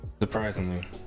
Surprisingly